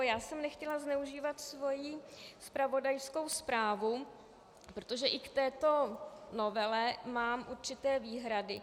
Já jsem nechtěla zneužívat svoji zpravodajskou zprávu, protože i k této novele mám určité výhrady.